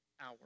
hour